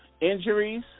injuries